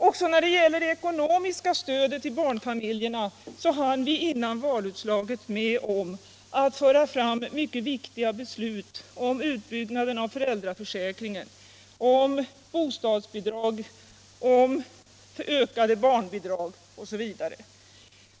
Också när det gäller det ekonomiska stödet till barnfamiljerna hann vi före valutslaget att föra fram mycket viktiga beslut — om utbyggnaden av föräldraförsäkringen, om bostadsbidrag, om ökade barnbidrag osv.